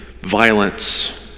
Violence